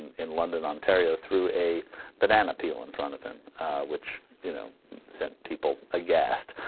in london ontario through a banana peel in front of him which you know sent people aghast